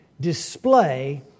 display